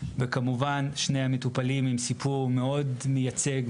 וכמובן שני המטופלים עם סיפור מאוד מייצג,